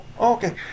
Okay